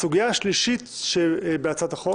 הסוגיה השלישית בהצעת החוק